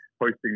hosting